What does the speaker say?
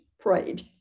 prayed